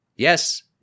Yes